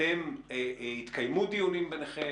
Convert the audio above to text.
התקיימו ביניכם דיונים?